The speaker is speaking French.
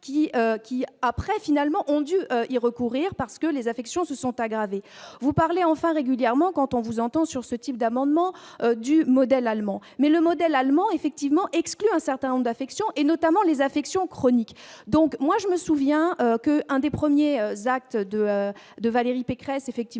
qui, après, finalement, ont dû y recourir parce que les affections se sont aggravées, vous parlez enfin régulièrement quand on vous entend sur ce type d'amendement du modèle allemand, mais le modèle allemand effectivement excluent un certain nombre d'affections et notamment les affections chroniques, donc moi je me souviens que un des premiers actes de de Valérie Pécresse effectivement